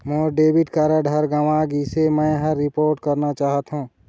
मोर debit card ह गंवा गिसे, मै ह ओकर रिपोर्ट करवाना चाहथों